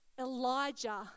Elijah